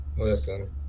Listen